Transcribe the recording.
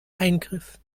eingriff